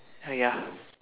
uh ya